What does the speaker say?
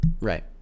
Right